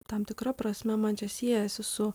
tam tikra prasme man čia siejasi su